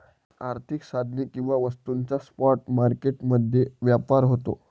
आर्थिक साधने किंवा वस्तूंचा स्पॉट मार्केट मध्ये व्यापार होतो